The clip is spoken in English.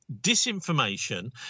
disinformation